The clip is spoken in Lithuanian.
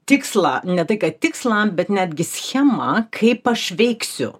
tikslą ne tai kad tikslą bet netgi schemą kaip aš veiksiu